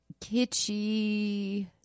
kitschy